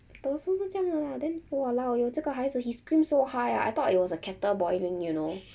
读书是这样的 lah then !walao! 有这个孩子 he screamed so high ah I thought it was a kettle boiling you know